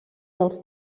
dels